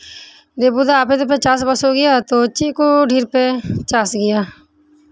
ᱫᱮᱵᱩ ᱫᱟ ᱟᱯᱮ ᱫᱚᱯᱮ ᱪᱟᱥ ᱵᱟᱥᱚᱜ ᱜᱮᱭᱟ ᱛᱚ ᱪᱮᱫ ᱠᱚ ᱫᱷᱮᱨᱯᱮ ᱪᱟᱥ ᱜᱮᱭᱟ